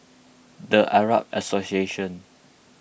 the Arab Association